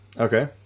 Okay